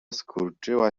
skurczyła